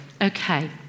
Okay